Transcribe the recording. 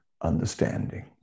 understanding